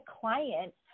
client